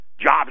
jobs